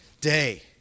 day